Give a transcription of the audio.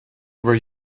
over